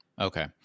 Okay